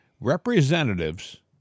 Representatives